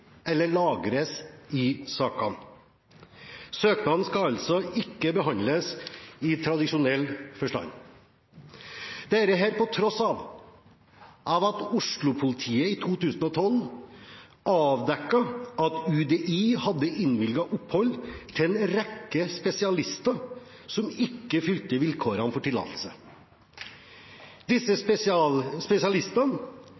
eller lagres i sakene. Søknadene skal altså ikke behandles i tradisjonell forstand, til tross for at Oslo-politiet i 2012 avdekket at UDI hadde innvilget opphold til en rekke spesialister som ikke fylte vilkårene for tillatelse. Spesialistene og disse